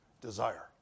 Desire